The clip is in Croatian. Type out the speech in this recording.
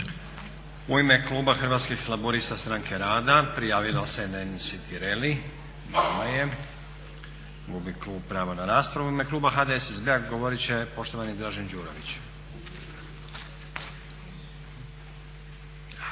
U ime Kluba Hrvatskih laburista-Stranke rada prijavila se Nansi Tireli. Nema je, gubi pravo na raspravu. U ime kluba HDSSB-a govorit će poštovani Dražen Đurović.